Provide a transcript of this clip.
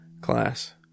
class